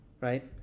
Right